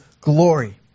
glory